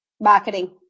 Marketing